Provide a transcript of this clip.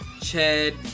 Chad